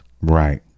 Right